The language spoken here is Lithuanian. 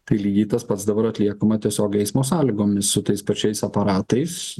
tai lygiai tas pats dabar atliekama tiesiogiai eismo sąlygomis su tais pačiais aparatais